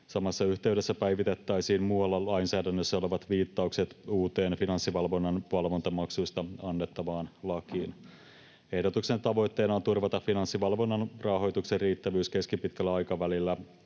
Samassa yhteydessä päivitettäisiin muualla lainsäädännössä olevat viittaukset uuteen Finanssivalvonnan valvontamaksuista annettavaan lakiin. Ehdotuksen tavoitteena on turvata Finanssivalvonnan rahoituksen riittävyys keskipitkällä aikavälillä